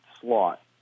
slot